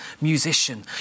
musician